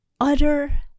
Utter